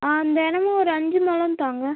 ஆ தினமும் ஒரு அஞ்சு முழம் தாங்க